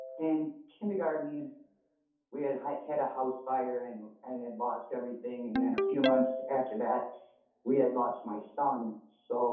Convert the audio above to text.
and kindergarten you know we had had had a house fire and had and and lost everything, and then a few months after that we had lost my son soul,